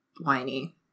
whiny